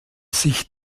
sich